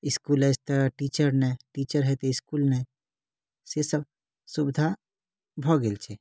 इसकुल अछि तऽ टीचर नहि टीचर हैय तऽ स्कूल नहि से सब सुविधा भऽ गेल छै